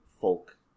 folk